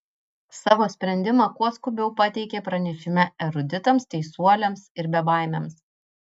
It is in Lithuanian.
savo sprendimą kuo skubiau pateikė pranešime eruditams teisuoliams ir bebaimiams